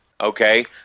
okay